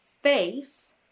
face